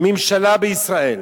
ממשלה בישראל